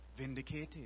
vindicated